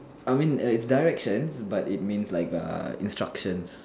I mean directions but it means like a instructions